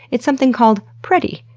it's something called preti,